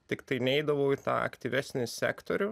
tiktai neidavau į tą aktyvesnį sektorių